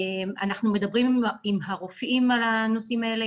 אנחנו מדברים עם הרופאים על הנושאים האלה,